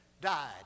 died